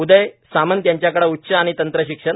उदय सामंत यांच्याकडे उच्च आणि तंत्र शिक्षण